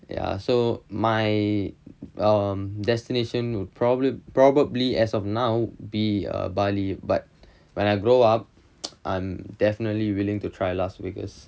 ya so my um destination would probably probably as of now be err bali but when I grow up I'm definitely willing to try las vegas